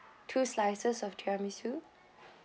two slices of tiramisu